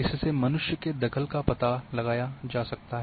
इससे मनुष्य के दख़ल का पता लगाया जा सकता है